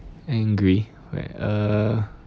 angry where uh